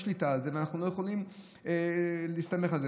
שליטה על זה ואנחנו לא יכולים להסתמך על זה.